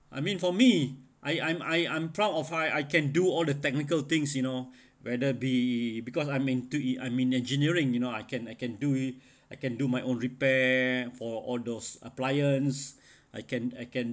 I mean for me I I'm I'm proud of how I can do all the technical things you know whether be because I'm into it I'm in engineering you know I can I can do it I can do my own repair for all those appliance I can I can